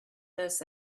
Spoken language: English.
this